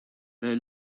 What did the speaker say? they